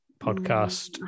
podcast